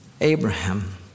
Abraham